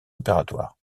opératoire